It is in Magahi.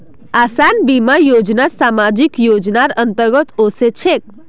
आसान बीमा योजना सामाजिक योजनार अंतर्गत ओसे छेक